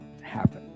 happen